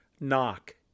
knock